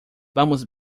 vamos